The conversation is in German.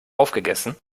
aufgegessen